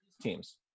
teams